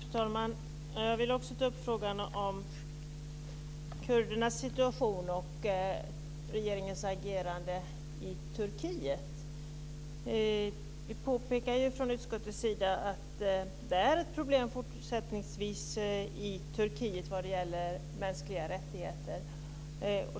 Fru talman! Jag vill också ta upp frågan om kurdernas situation och regeringens agerande i Turkiet. Vi påpekar ju från utskottets sida att det är ett problem fortsättningsvis i Turkiet när det gäller mänskliga rättigheter.